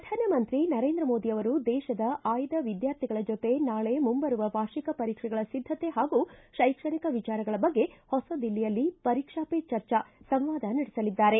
ಪ್ರಧಾನಮಂತ್ರಿ ನರೇಂದ್ರ ಮೋದಿ ಅವರು ದೇತದ ಆಯ್ದ ವಿದ್ವಾರ್ಥಿಗಳ ಜೊತೆ ನಾಳೆ ಮುಂಬರುವ ವಾರ್ಷಿಕ ಪರೀಕ್ಷೆಗಳ ಸಿದ್ದತೆ ಹಾಗೂ ಶೈಕ್ಷಣಿಕ ವಿಚಾರಗಳ ಬಗ್ಗೆ ಹೊಸ ದಿಲ್ಲಿಯಲ್ಲಿ ಪರೀಕ್ಷಾ ಪೇ ಚರ್ಚಾ ಸಂವಾದ ನಡೆಸಲಿದ್ದಾರೆ